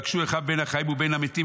"ויבקשו אחיו בין החיים ובין המתים,